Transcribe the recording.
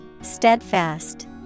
Steadfast